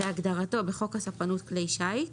כהגדרתו בחוק הספנות (כלי שיט),